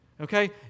Okay